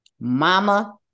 Mama